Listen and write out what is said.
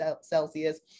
Celsius